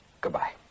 Goodbye